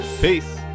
Peace